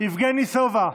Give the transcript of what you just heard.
יבגני סובה,